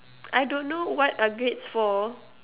I don't know what are grades for